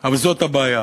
אבל זאת הבעיה.